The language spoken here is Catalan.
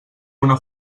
una